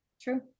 True